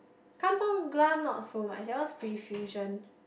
kampung-Glam not so much that one is pretty fusion